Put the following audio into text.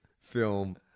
film